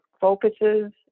focuses